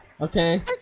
okay